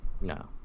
No